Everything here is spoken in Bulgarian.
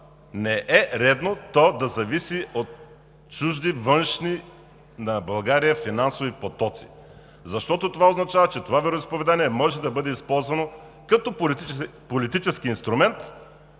не е редно то да зависи от чужди, външни на България финансови потоци, защото това означава, че това вероизповедание може да бъде използвано като политически инструмент,